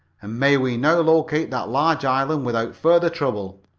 and may we now locate that large island without further trouble.